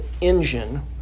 engine